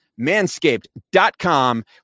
Manscaped.com